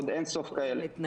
עוד אין סוף אלה.